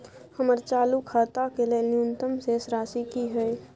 हमर चालू खाता के लेल न्यूनतम शेष राशि की हय?